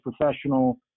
professional